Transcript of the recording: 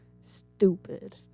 Stupid